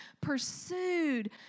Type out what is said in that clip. pursued